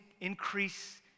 increase